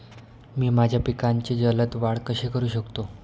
मी माझ्या पिकांची जलद वाढ कशी करू शकतो?